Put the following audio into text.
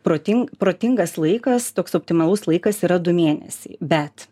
protin protingas laikas toks optimalus laikas yra du mėnesiai bet